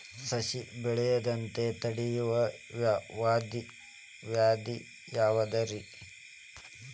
ಸಸಿ ಬೆಳೆಯದಂತ ತಡಿಯೋ ವ್ಯಾಧಿ ಯಾವುದು ರಿ?